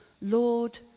Lord